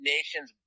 Nations